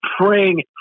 praying